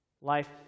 Life